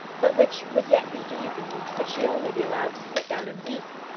but which would yet be easy, could she only be allowed to sit down and weep.